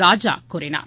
ராஜா கூறினார்